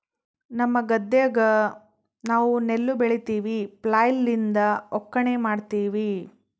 ನಮ್ಮ ಗದ್ದೆಗ ನಾವು ನೆಲ್ಲು ಬೆಳಿತಿವಿ, ಫ್ಲ್ಯಾಯ್ಲ್ ಲಿಂದ ಒಕ್ಕಣೆ ಮಾಡ್ತಿವಿ